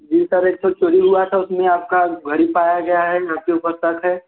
जी sir एक ठो चोरी हुआ था उसमें आपका घड़ी पाया गया है आपके ऊपर शक है